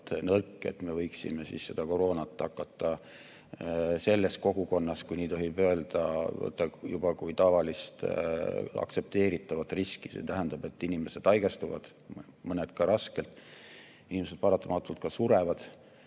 nõrk, et me võiksime koroonat hakata selles kogukonnas, kui nii tohib öelda, võtma kui tavalist, aktsepteeritavat riski. See tähendab, et inimesed haigestuvad, mõned ka raskelt, inimesed paratamatult ka surevad.